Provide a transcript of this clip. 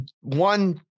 one